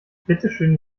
bitteschön